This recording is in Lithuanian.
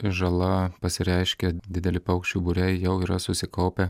žala pasireiškia dideli paukščių būriai jau yra susikaupę